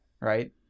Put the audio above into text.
right